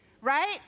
right